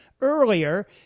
Earlier